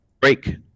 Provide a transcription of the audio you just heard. break